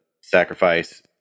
sacrifice